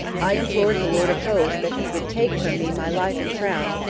i implored the lord of hosts that he would take from me my life and crown,